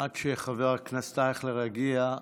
עד שחבר הכנסת אייכלר יגיע,